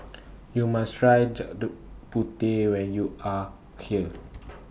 YOU must Try Gudeg Putih when YOU Are here